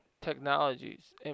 technologies